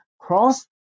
cross